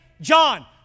John